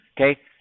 okay